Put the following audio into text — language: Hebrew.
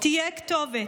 תהיה כתובת.